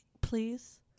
please